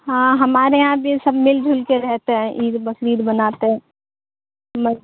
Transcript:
ہاں ہمارے یہاں بھی سب مل جل کے رہتے ہیں عید بقرعید مناتے ہیں